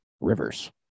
rivers